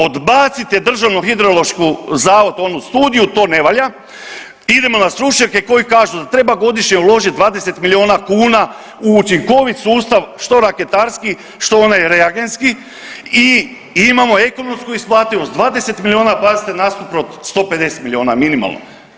Odbacite Državni hidrološki zavod onu studiju, to ne valja, idemo na stručnjake koji kažu da treba godišnje uložiti 20 milijuna kuna u učinkovit sustav što raketarski, što onaj reagenski i imamo ekonomsku isplativost 20 milijuna pazite nasuprot 150 milijuna minimalno.